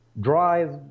drive